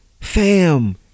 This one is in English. fam